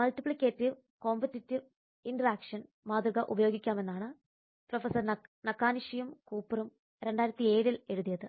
multiplicative competitive interaction മാതൃക ഉപയോഗിക്കാമെന്നാണ് professor നകാനിഷിയും കൂപ്പറും 2007 ൽ എഴുതിയത്